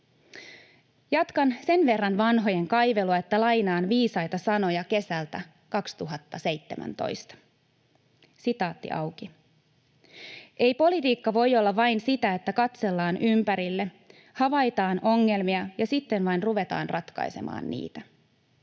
Jatkan sen verran vanhojen kaivelua, että lainaan viisaita sanoja kesältä 2017: ”Ei politiikka voi olla vain sitä, että katsellaan ympärille, havaitaan ongelmia ja sitten vain ruvetaan ratkaisemaan niitä.